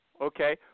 okay